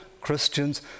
Christians